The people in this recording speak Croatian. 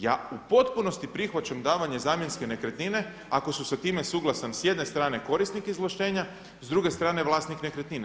Ja u potpunosti prihvaćam davanje zamjenske nekretnine ako su se s time suglasan s jedne strane korisnik izvlaštenja, s druge strane vlasnik nekretnine.